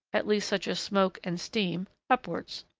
at least such as smoke and steam, upwards.